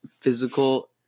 physical